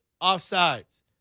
offsides